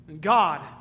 God